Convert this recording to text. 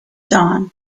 dawn